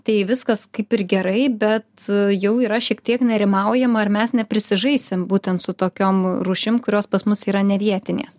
tai viskas kaip ir gerai bet jau yra šiek tiek nerimaujama ar mes neprisižaisim būtent su tokiom rūšim kurios pas mus yra nevietinės